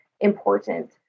important